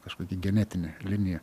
kažkokį genetinę liniją